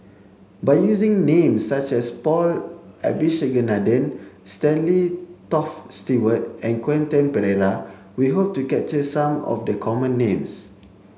by using names such as Paul Abisheganaden Stanley Toft Stewart and Quentin Pereira we hope to capture some of the common names